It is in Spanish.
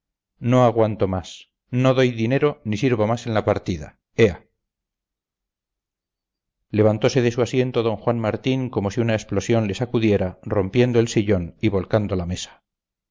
no aguanto más no doy dinero ni sirvo más en la partida ea levantose de su asiento d juan martín como si una explosión le sacudiera rompiendo el sillón y volcando la mesa